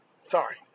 sorry